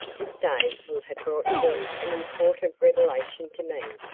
this day will have brought forth an important revelation to me,